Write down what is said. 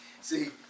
See